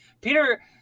peter